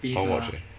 I want watch eh